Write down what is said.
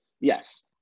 Yes